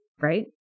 right